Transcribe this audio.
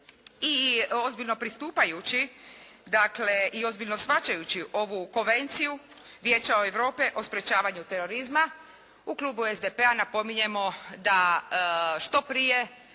i ozbiljno pristupajući, dakle i ozbiljno shvaćajući ovu Konvenciju Vijeća Europe o sprječavanju terorizma u klubu SDP-a napominjemo da što prije,